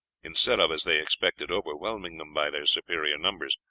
instead of, as they expected, overwhelming them by their superior numbers.